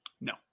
No